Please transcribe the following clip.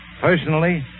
Personally